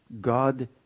God